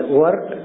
work